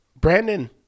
brandon